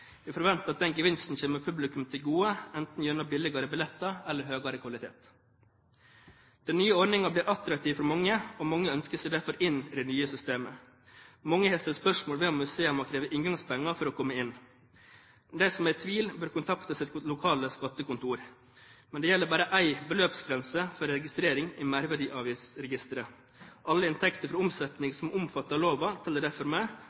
forventer at denne gevinsten kommer publikum til gode, enten gjennom billigere billetter eller høyere kvalitet. Den nye ordningen blir attraktiv for mange, og mange ønsker seg derfor inn i det nye systemet. Mange har stilt spørsmål ved om museer må kreve inngangspenger for å komme inn. De som er i tvil, bør kontakte sitt lokale skattekontor. Men det gjelder bare én beløpsgrense for registrering i Merverdiavgiftsregisteret. Alle inntekter fra omsetning som er omfattet av loven, teller derfor med